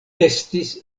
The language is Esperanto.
estis